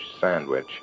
sandwich